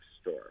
store